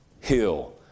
hill